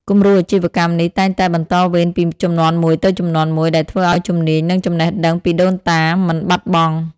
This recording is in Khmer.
គំរូអាជីវកម្មនេះតែងតែ បន្តវេនពីជំនាន់មួយទៅជំនាន់មួយ ដែលធ្វើឱ្យជំនាញ និងចំណេះដឹងពីដូនតាមិនបាត់បង់។